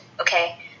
okay